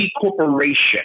Corporation